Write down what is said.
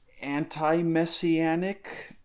anti-messianic